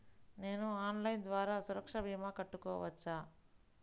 నేను ఆన్లైన్ ద్వారా సురక్ష భీమా కట్టుకోవచ్చా?